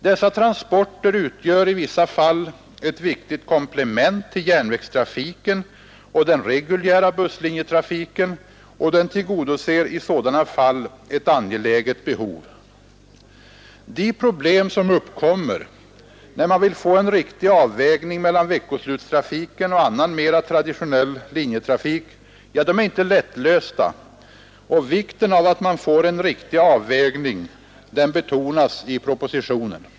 Dessa transporter utgör i vissa fall ett viktigt komplement till järnvägstrafiken och den reguljära busslinjetrafiken, och den tillgodoser i sådana fall ett angeläget behov. De problem som uppkommer, när man vill få en riktig avvägning mellan veckosluts trafiken och annan mera traditionell linjetrafik, är inte lättlösta, och vikten av att man får en riktig avvägning betonas i propositionen.